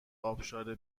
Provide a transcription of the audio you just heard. ابشار